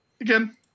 again